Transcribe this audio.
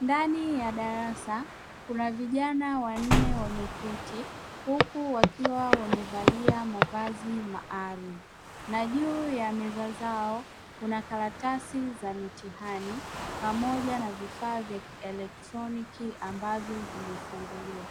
Ndani ya darasa kuna vijana wanne wameketi, huku wakiwa wamevalia mavazi maalumu na juu ya meza zao kuna karatasi za mitihani pamoja na vifaa vya kielektroniki, ambavyo vimefunguliwa;